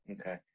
Okay